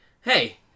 hey